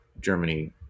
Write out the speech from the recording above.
Germany